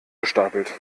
gestapelt